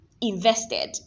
invested